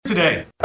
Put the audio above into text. Today